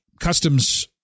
Customs